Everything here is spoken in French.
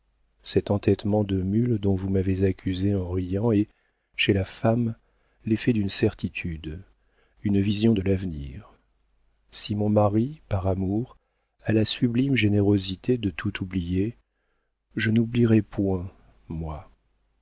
cet entêtement de mule dont vous m'avez accusée en riant est chez la femme l'effet d'une certitude une vision de l'avenir si mon mari par amour a la sublime générosité de tout oublier je n'oublierai point moi